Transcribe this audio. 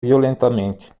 violentamente